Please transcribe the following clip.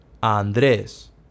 Andrés